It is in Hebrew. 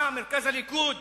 מה, מרכז הליכוד